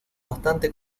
bastante